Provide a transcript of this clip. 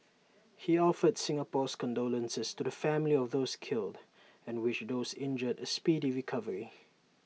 he offered Singapore's condolences to the families of those killed and wished those injured A speedy recovery